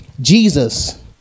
Jesus